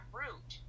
root